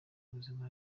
ubuzima